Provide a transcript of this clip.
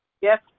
yes